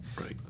Right